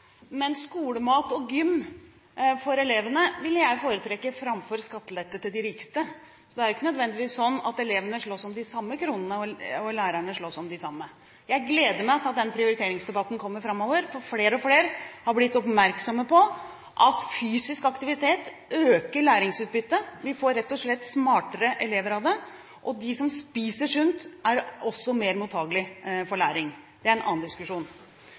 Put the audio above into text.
Men skolemat og gym for elevene ville jeg foretrekke framfor skattelette til de rikeste, så det er ikke nødvendigvis sånn at elevene og lærerne slåss om de samme kronene. Jeg gleder meg til den prioriteringsdebatten som kommer, for flere og flere har blitt oppmerksomme på at fysisk aktivitet øker læringsutbyttet – vi får rett og slett smartere elever av det. De som spiser sunt, er også mer mottakelige for læring, det er en annen diskusjon.